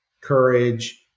courage